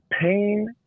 pain